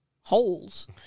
Holes